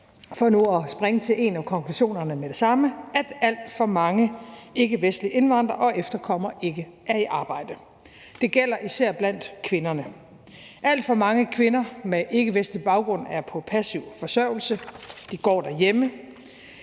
for nu at springe til en af konklusionerne med det samme – at alt for mange ikkevestlige indvandrere og efterkommere ikke er i arbejde, og det gælder især blandt kvinderne. Alt for mange kvinder med ikkevestlig baggrund er på passiv forsørgelse, de går derhjemme,